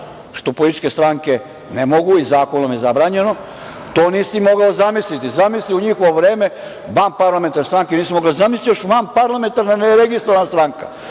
što političke stranke ne mogu i zakonom je zabranjeno, to nisi mogao zamisliti. Zamisli u njihovo vreme vanparlamentarne stranke nisu mogle, zamisli još vanparlamentarne neregistrovana stranka.